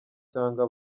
cyangwa